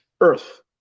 earth